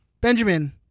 Benjamin